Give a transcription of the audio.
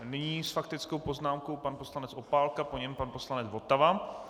Nyní s faktickou poznámkou pan poslanec Opálka, po něm pan poslanec Votava.